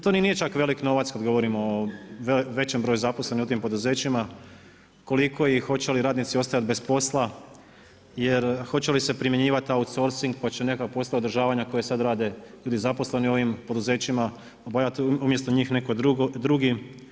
To ni nije čak veliki novac kada govorimo o većem broju zaposlenih u tim poduzećima koliko i hoće li radnici ostajati bez posla jer, hoće li se primjenjivati outsourcing, hoće li neke poslove održavanja koje sada rade ljudi zaposleni u ovim poduzećima obavljati umjesto njih netko drugi.